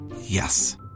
Yes